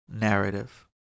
narrative